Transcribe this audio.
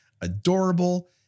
adorable